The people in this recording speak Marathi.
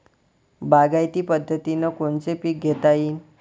बागायती पद्धतीनं कोनचे पीक घेता येईन?